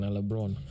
LeBron